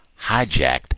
hijacked